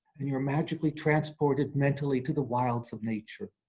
and you're magically transported mentally to the wilds of nature.